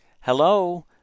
Hello